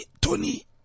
Tony